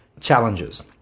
challenges